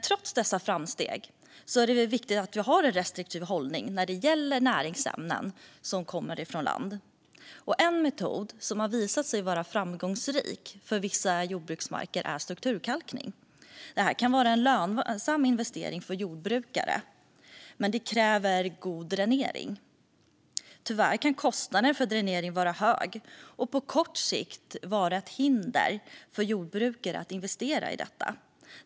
Trots dessa framsteg är det viktigt att vi har en restriktiv hållning när det gäller näringsämnen som kommer från land. En metod som har visat sig vara framgångsrik för vissa jordbruksmarker är strukturkalkning. Det kan vara en lönsam investering för jordbrukare, men det kräver god dränering. Tyvärr kan kostnaden för dränering vara hög och på kort sikt utgöra ett hinder för att jordbrukare ska investera i detta.